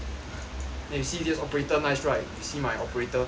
eh see this operator nice right you see my operator